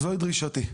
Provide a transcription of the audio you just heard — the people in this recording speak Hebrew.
זוהי דרישתי.